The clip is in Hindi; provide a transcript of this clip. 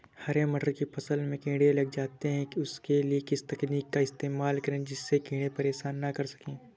हरे मटर की फसल में कीड़े लग जाते हैं उसके लिए किस तकनीक का इस्तेमाल करें जिससे कीड़े परेशान ना कर सके?